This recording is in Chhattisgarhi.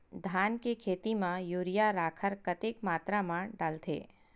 धान के खेती म यूरिया राखर कतेक मात्रा म डलथे?